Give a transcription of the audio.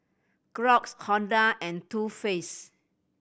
Crocs Honda and Too Faced